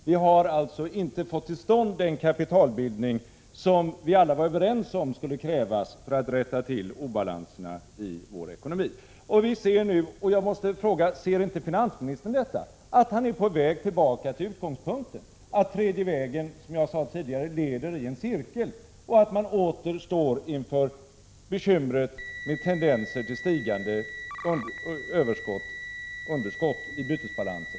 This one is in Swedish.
Vi har alltså inte fått till stånd den kapitalbildning som vi alla var överens om skulle krävas för att rätta till obalanserna i vår ekonomi. Jag måste fråga: Ser inte finansministern att han är på väg till utgångspunkten —-att tredje vägen, som jag sade tidigare, leder i en cirkel — och att han åter står inför bekymret med tendenser till stigande underskott i bytesbalansen?